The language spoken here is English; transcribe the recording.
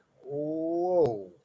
Whoa